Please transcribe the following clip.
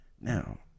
now